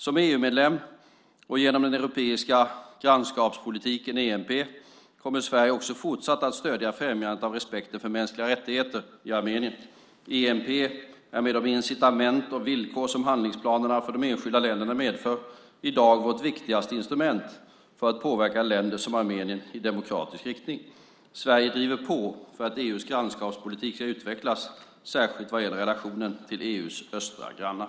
Som EU-medlem och genom den europeiska grannskapspolitiken kommer Sverige också fortsatt att stödja främjandet av respekten för mänskliga rättigheter i Armenien. ENP är med de incitament och villkor som handlingsplanerna för de enskilda länderna medför i dag vårt viktigaste instrument för att påverka länder som Armenien i demokratisk riktning. Sverige driver på för att EU:s grannskapspolitik ska utvecklas, särskilt vad gäller relationen till EU:s östra grannar.